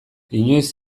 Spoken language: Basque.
inoiz